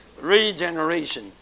Regeneration